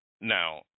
Now